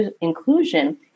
inclusion